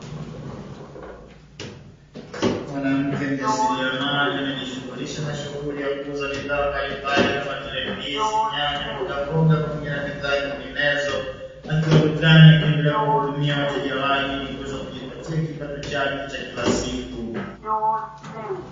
Mwanamke mjasiriamali anayejishughulisha na shughuli ya kuuza bidhaa mbalimbali, kama vile; ndizi, nyanya, mbogamboga, pamoja na bidhaa nyinginezo, akiwa dukani akiendelea kuwahudumia wateja wake, ili kuweza kujipatia kipato chake cha kila siku.